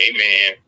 Amen